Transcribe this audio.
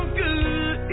good